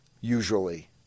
usually